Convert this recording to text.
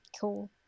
Cool